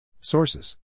Sources